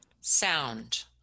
Sound